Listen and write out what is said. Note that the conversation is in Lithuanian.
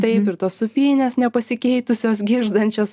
taip ir tos supynės nepasikeitusios girgždančios